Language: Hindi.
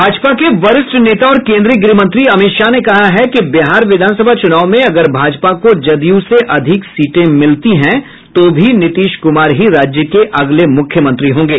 भाजपा के वरिष्ठ नेता और केंद्रीय गृहमंत्री अमित शाह ने कहा है कि बिहार विधानसभा चुनाव में अगर भाजपा को जदयू से अधिक सीटें मिलती हैं तो भी नीतीश कुमार ही राज्य के अगले मुख्यमंत्री होंगे